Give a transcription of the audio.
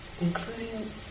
including